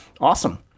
awesome